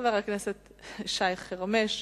חבר הכנסת שי חרמש,